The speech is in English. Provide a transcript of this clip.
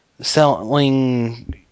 selling